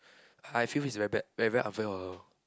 I feel it's very bad very very unfair for her